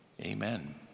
Amen